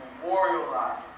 memorialize